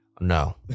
no